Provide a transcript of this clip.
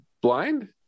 blind